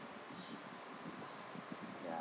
ya